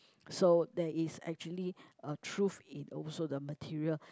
so there is actually a truth in also the material